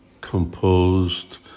composed